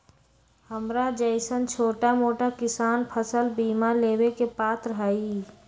हमरा जैईसन छोटा मोटा किसान फसल बीमा लेबे के पात्र हई?